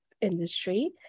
industry